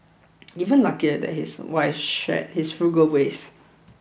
even luckier that his wife shared his frugal ways